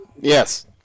Yes